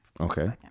Okay